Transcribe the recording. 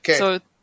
Okay